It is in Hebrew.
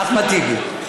אחמד טיבי.